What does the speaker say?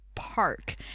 Park